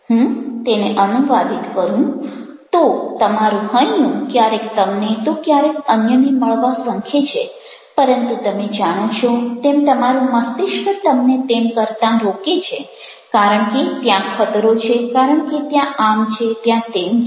હું તેને અનુવાદિત કરું તો તમારું હૈયું ક્યારેક તમને તો ક્યારેક અન્યને મળવા ઝંખે છે પરંતુ તમે જાણો છો તેમ તમારું મસ્તિષ્ક તમને તેમ કરતા રોકે છે કારણ કે ત્યાં ખતરો છે કારણ કે ત્યાં આમ છે ત્યાં તેમ છે